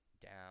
down